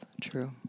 true